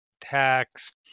Tax